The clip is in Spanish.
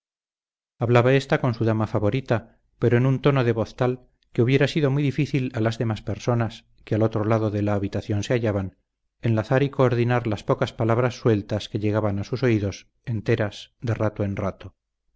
hablaba ésta con su dama favorita pero en un tono de voz tal que hubiera sido muy difícil a las demás personas que al otro lado de la habitación se hallaban enlazar y coordinar las pocas palabras sueltas que llegaban a sus oídos enteras de rato en rato